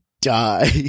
die